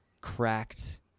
cracked